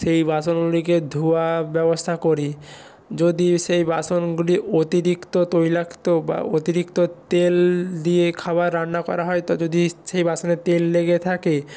সেই বাসনগুলিকে ধোয়া ব্যবস্থা করি যদি সেই বাসনগুলি অতিরিক্ত তৈলাক্ত বা অতিরিক্ত তেল দিয়ে খাবার রান্না করা হয় তো যদি সেই বাসনে তেল লেগে থাকে